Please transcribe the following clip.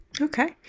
Okay